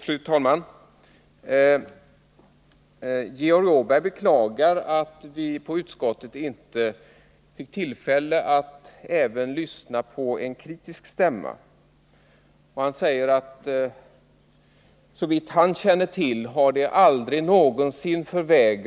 Fru talman! Georg Åberg beklagar att vi i utskottet inte fick tillfälle att även lyssna på en kritisk stämma. Han säger att såvitt han känner till har man aldrig någonsin avslagit